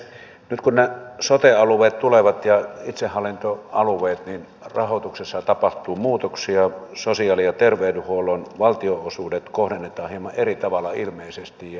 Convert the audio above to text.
jokunen sote alueet tulevat ja itsehallinto alueet rahoituksessa tapahtuu muutoksia sosiaali ja terveydenhuollon valtionosuudet kohdennetaan hieman eri tavalla ilmeisesti